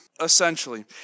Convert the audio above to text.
essentially